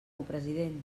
president